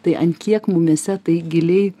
tai ant kiek mumyse tai giliai